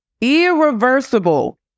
Irreversible